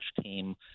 team